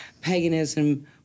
Paganism